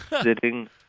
sitting